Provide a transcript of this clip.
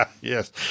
Yes